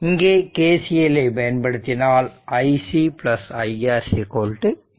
இங்கே KCL ஐ பயன்படுத்தினால் iC iR 0